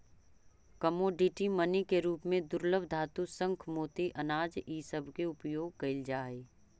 commodity money के रूप में दुर्लभ धातु शंख मोती अनाज इ सब के उपयोग कईल जा हई